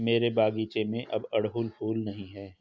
मेरे बगीचे में अब अड़हुल फूल नहीं हैं